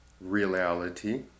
reality